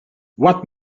what